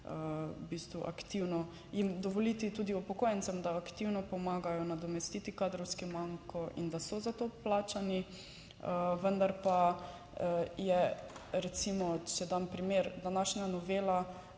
aktivno jim dovoliti tudi upokojencem, da aktivno pomagajo nadomestiti kadrovski manko in da so za to plačani. Vendar pa je recimo, če dam primer, današnja novela